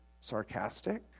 sarcastic